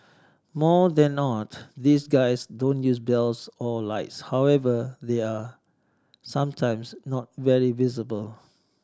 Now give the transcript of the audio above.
more than not these guys don't use bells or lights however they are sometimes not very visible